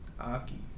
aki